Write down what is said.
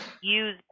use